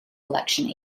election